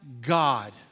God